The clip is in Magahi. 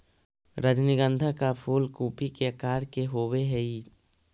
रजनीगंधा का फूल कूपी के आकार के होवे हई